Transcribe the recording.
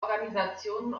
organisationen